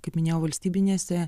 kaip minėjau valstybinėse